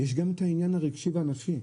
יש גם את העניין הרגשי והנפשי.